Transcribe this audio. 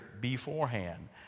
beforehand